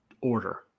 order